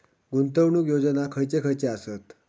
गुंतवणूक योजना खयचे खयचे आसत?